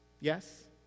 Yes